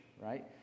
right